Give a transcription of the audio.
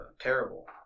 terrible